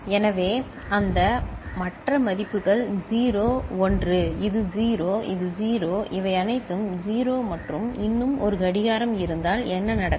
எனவே அந்த மற்ற மதிப்புகள் 0 1 இது 0 இது 0 இவை அனைத்தும் 0 மற்றும் இன்னும் ஒரு கடிகாரம் இருந்தால் என்ன நடக்கும்